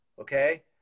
okay